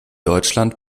deutschland